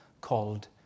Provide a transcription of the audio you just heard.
called